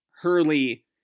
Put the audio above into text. Hurley